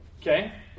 Okay